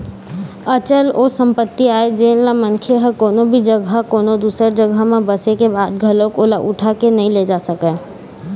अचल ओ संपत्ति आय जेनला मनखे ह कोनो भी जघा कोनो दूसर जघा म बसे के बाद घलोक ओला उठा के नइ ले जा सकय